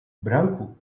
branco